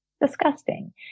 disgusting